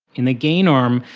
in the gain arm,